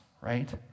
right